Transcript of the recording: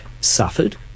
suffered